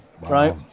right